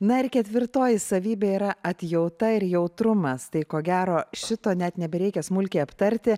na ir ketvirtoji savybė yra atjauta ir jautrumas tai ko gero šito net nebereikia smulkiai aptarti